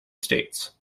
states